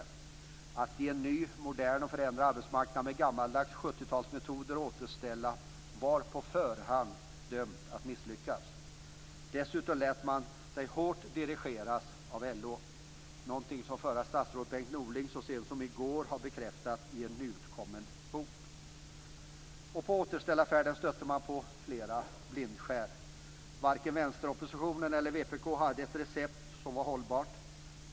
Att återställa på en ny modern och förändrad arbetsmarknad med gammaldags 70-talsmetoder var på förhand dömt att misslyckas. Dessutom lät man sig hårt dirigeras av LO, någonting som det förra statsrådet Bengt Norling så sent som i går bekräftade i en nyutkommen bok. På återställarfärden stötte man mot flera blindskär. Vänsteroppositionen hade inget hållbart recept.